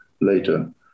Later